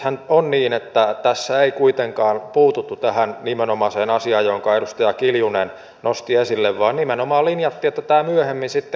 nythän on niin että tässä ei kuitenkaan puututtu tähän nimenomaiseen asiaan jonka edustaja kiljunen nosti esille vaan nimenomaan linjattiin että tämä myöhemmin kartoitetaan